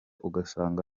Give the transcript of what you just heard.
ugasanga